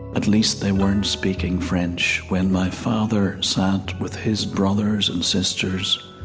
at least they weren't speaking french when my father sat with his brothers and sisters,